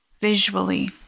Visually